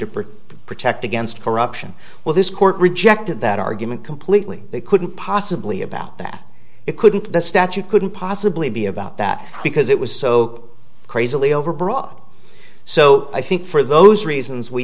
protect protect against corruption well this court rejected that argue completely they couldn't possibly about that it couldn't the statue couldn't possibly be about that because it was so crazily overbroad so i think for those reasons we